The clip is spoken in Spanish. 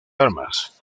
armas